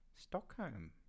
Stockholm